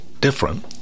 different